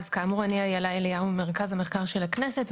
אז כאמור, אני אילה אליהו, מרכז המחקר של הכנסת.